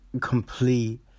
complete